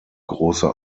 große